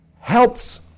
helps